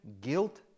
guilt